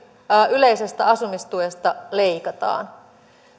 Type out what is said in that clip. yleisestä asumistuesta leikataan